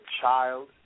child